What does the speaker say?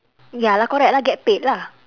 ya lah correct lah get paid lah